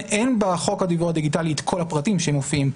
בחוק הדיוור הדיגיטלי אין את כל הפרטים שמופיעים כאן.